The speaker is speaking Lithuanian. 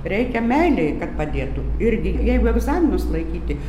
reikia meilėj kad padėtų irgi jeigu egzaminus laikyti